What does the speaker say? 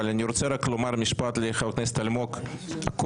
אבל אני רוצה רק לומר משפט לחבר הכנסת אלמוג כהן,